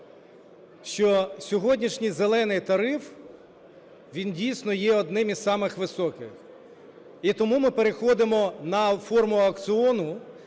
що сьогоднішній "зелений" тариф – він, дійсно, є одним із самих високих. І тому ми переходимо на форму аукціону,